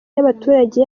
y’abaturage